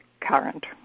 current